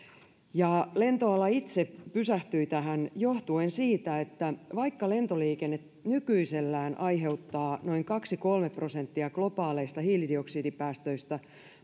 lentoala itse pysähtyi tähän johtuen siitä että vaikka lentoliikenne nykyisellään aiheuttaa noin kaksi kolme prosenttia globaaleista hiilidioksidipäästöistä